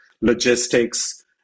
logistics